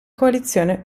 coalizione